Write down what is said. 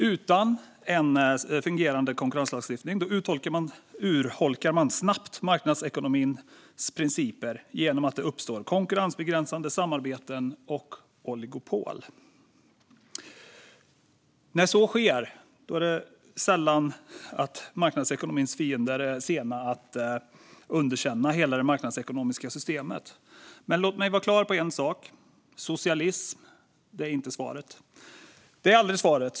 Utan en fungerande konkurrenslagstiftning urholkar man snabbt marknadsekonomins principer genom att det uppstår konkurrensbegränsande samarbeten och oligopol. När så sker är marknadsekonomins fiender sällan sena att underkänna hela det marknadsekonomiska systemet. Låt mig vara klar över en sak: Socialism är aldrig svaret.